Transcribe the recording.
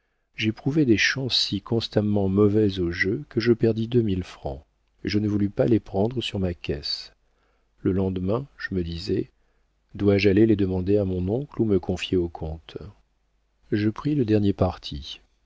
j'éprouvai des chances si constamment mauvaises au jeu que je perdis deux mille francs et je ne voulus pas les prendre sur ma caisse le lendemain je me disais dois-je aller les demander à mon oncle ou me confier au comte je pris le dernier parti